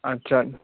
আচ্ছা আর